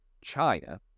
China